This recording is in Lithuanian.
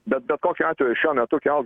bet bet kokiu atveju šiuo metu kelt